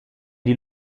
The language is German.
die